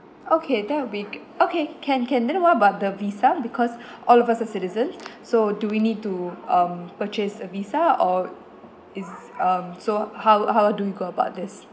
okay that will be g~ okay can can then what about the visa because all of us are citizens so do we need to um purchase a visa or is um so how how do you go about this